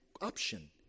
option